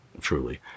truly